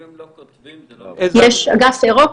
אם הם לא כותבים זה לא --- יש אגף אירופה,